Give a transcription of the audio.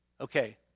Okay